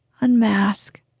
unmask